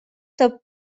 toob